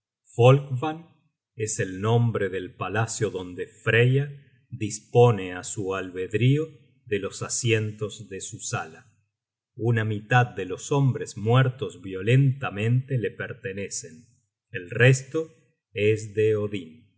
es el nombre del palacio donde freya dispone á su albedrío de los asientos de su sala una mitad de los hombres muertos violentamente la pertenecen el resto es de odin á